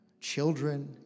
children